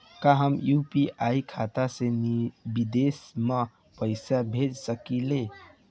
का हम यू.पी.आई खाता से विदेश म पईसा भेज सकिला?